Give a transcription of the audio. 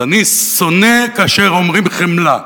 אז אני שונא כאשר אומרים "חמלה".